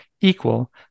equal